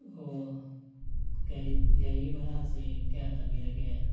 ꯑꯣ ꯒꯥꯔꯤ ꯒꯥꯔꯤꯒꯤ ꯚꯔꯥꯁꯤ ꯀꯌꯥ ꯇꯥꯕꯤꯔꯒꯦ